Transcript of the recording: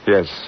Yes